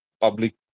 public